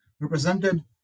represented